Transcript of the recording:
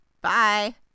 Bye